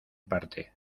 parte